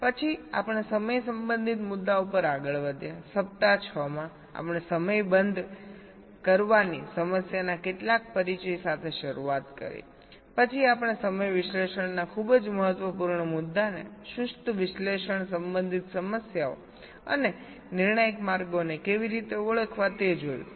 પછી આપણે સમય સંબંધિત મુદ્દાઓ પર આગળ વધ્યાસપ્તાહ 6 માં આપણે સમય બંધ કરવાની સમસ્યાના કેટલાક પરિચય સાથે શરૂઆત કરી પછી આપણે સ્લેક એનાલિસિસ ના ખૂબ જ મહત્વપૂર્ણ મુદ્દાને સુસ્ત વિશ્લેષણ સંબંધિત સમસ્યાઓ અને ક્રીટીકલ પાથ ને કેવી રીતે ઓળખવા તે જોયું